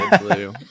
blue